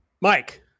Mike